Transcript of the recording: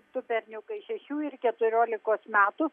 du berniukai šešių ir keturiolikos metų